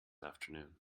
afternoon